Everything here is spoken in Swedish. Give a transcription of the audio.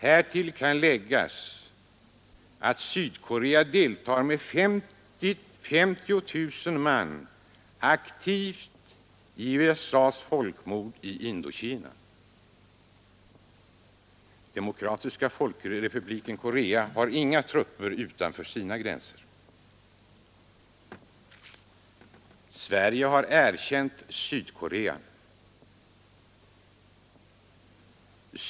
Härtill kan läggas att Sydkorea deltar med 50 000 man aktivt i USA :s folkmord i Indokina. Demokratiska folkrepubliken Korea har inga trupper utanför sina gränser. Sverige har erkänt Sydkorea.